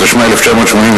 התשמ"א 1981,